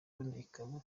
ikaba